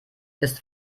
ist